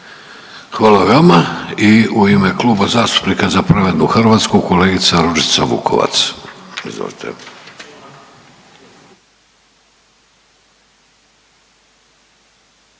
Hvala i vama. I u ime Kluba zastupnika Za pravednu Hrvatsku kolegica Ružica Vukovac.